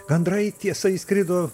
gandrai tiesa įskrido